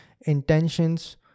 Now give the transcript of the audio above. intentions